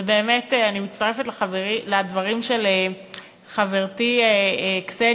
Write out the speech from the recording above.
ובאמת, אני מצטרפת לדברים של חברתי קסניה,